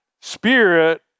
spirit